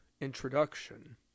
Introduction